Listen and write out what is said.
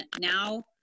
now